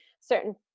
certain